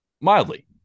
mildly